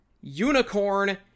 Unicorn